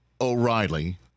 O'Reilly